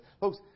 Folks